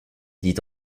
dit